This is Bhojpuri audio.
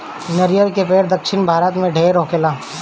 नरियर के पेड़ दक्षिण भारत में ढेर होखेला